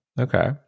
Okay